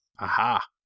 Aha